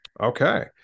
Okay